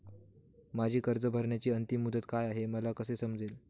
माझी कर्ज भरण्याची अंतिम मुदत काय, हे मला कसे समजेल?